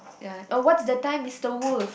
ya what is the time mister wolf